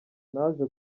naje